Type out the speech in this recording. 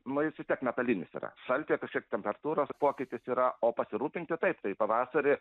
nu jis vis tiek metalinis yra šaltyje kažkiek temperatūros pokytis yra o pasirūpinti taip tai pavasarį